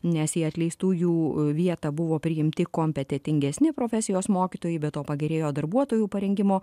nes į atleistųjų vietą buvo priimti kompetentingesni profesijos mokytojai be to pagerėjo darbuotojų parengimo